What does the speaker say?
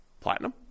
Platinum